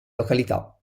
località